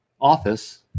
office